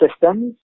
systems